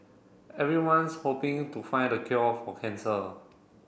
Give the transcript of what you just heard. everyone's hoping to find the cure for cancer